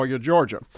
Georgia